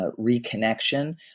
reconnection